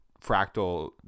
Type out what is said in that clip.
fractal